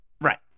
Right